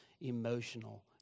emotional